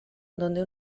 donde